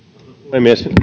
puhemies